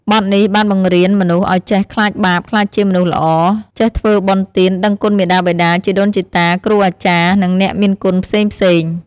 បទនេះបានបង្រៀនមនុស្សឲ្យចេះខ្លាចបាប ក្លាយជាមនុស្សល្អ ចេះធ្វើបុណ្យទាន ដឹងគុណមាតាបិតា ជីដូនជីតា គ្រូអាចារ្យ និងអ្នកមានគុណផ្សេងៗ។